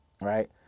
Right